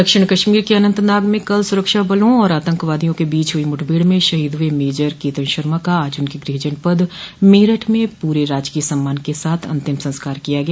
दक्षिण कश्मीर के अनंतनाग में कल सुरक्षा बलों और आतंकवादियों के बीच हुई मुठभेड़ में शहीद हुए मेजर केतन शर्मा का आज उनके गृह जनपद मेरठ में पूरे राजकीय सम्मान के साथ अंतिम संस्कार किया गया